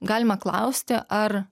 galima klausti ar